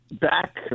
back